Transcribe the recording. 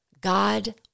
God